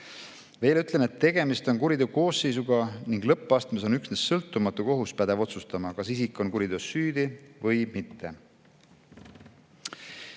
Veel ütlen, et tegemist on kuriteokoosseisuga ning lõppastmes on üksnes sõltumatu kohus pädev otsustama, kas isik on kuriteos süüdi või mitte.